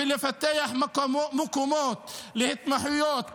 ותפתח מקומות להתמחויות,